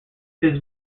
his